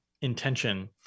intention